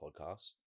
podcast